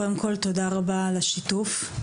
קודם כל תודה רבה על השיתוף,